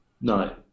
No